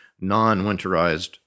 non-winterized